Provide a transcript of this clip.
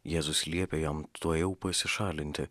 jėzus liepė jam tuojau pasišalinti